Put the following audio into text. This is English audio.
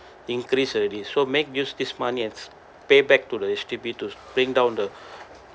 increase already so make use this money as payback to the H_D_B to bring down the